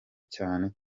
cyane